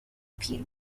پیر